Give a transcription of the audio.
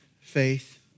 faith